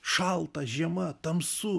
šalta žiema tamsu